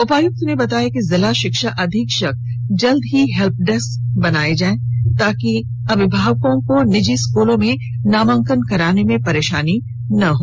उपायुक्त ने कहा कि जिला शिक्षा अधीक्षक जल्द ही हेल्प डेस्क बनाये ताकि अभिभावकों को निजी स्कूलों में नामांकन कराने में परेशानी न हो